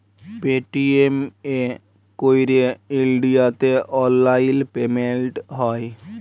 Paytm এ ক্যইরে ইলডিয়াতে অললাইল পেমেল্ট হ্যয়